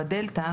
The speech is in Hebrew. בדלתא,